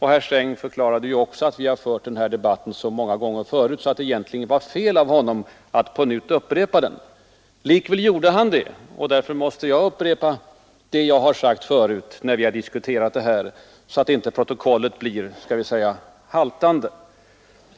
Herr Sträng förklarade också att vi har fört den här debatten så många gånger tidigare att det egentligen var fel av honom att upprepa dem. Likväl gjorde han det, och därför måste jag upprepa vad jag har sagt förut när vi har diskuterat detta, så att inte protokollet blir haltande.